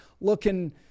looking